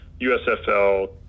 USFL